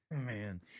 man